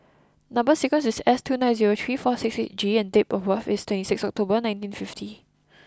number sequence is S two nine zero three four six eight G and date of birth is twenty six October nineteen fifty